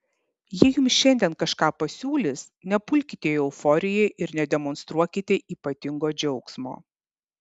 jei jums šiandien kažką pasiūlys nepulkite į euforiją ir nedemonstruokite ypatingo džiaugsmo